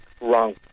wrong